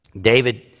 David